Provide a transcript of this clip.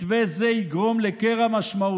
זה לא יהיה יותר.